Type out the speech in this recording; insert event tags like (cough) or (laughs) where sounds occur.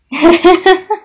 (laughs)